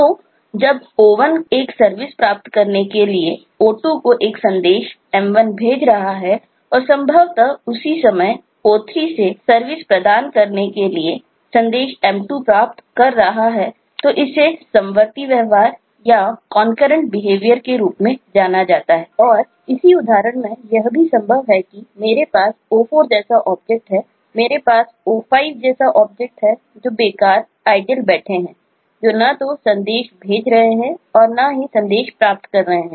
तो जब O1 एक सर्विस प्राप्त करने के लिए O2 को एक संदेश m1 भेज रहा है और संभवत उसी समय O3 से सर्विस प्रदान करने के लिए संदेश m2 प्राप्त कर रहा है तो इसे समवर्ती व्यवहार कॉन्करेंट बिहेवियर बैठे हैं जो न तो संदेश भेज रहे हैं और न ही संदेश प्राप्त कर रहे हैं